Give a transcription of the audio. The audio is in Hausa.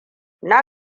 na